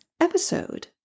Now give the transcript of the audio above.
episode